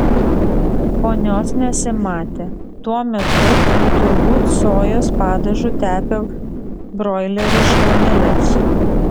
ponios nesimatė tuo metu ji turbūt sojos padažu tepė broilerių šlauneles